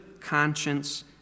conscience